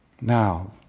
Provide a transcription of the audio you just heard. Now